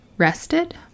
rested